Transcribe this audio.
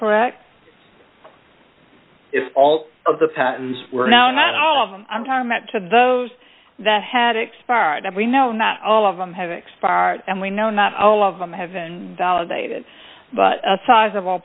correct if all of the patents were now not all of them i'm talking about to those that had expired and we know not all of them have expired and we know not all of them have been validated but a sizable